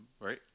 right